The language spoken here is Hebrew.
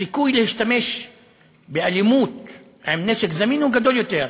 הסיכוי להשתמש באלימות עם נשק זמין הוא גדול יותר.